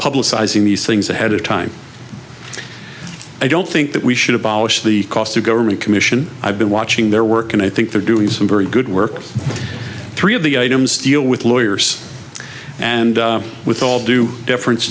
publicizing these things ahead of time i don't think that we should abolish the cost of government commission i've been watching their work and i think they're doing some very good work three of the items deal with lawyers and with all due deference